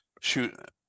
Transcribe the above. shoot